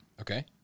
Okay